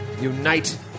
Unite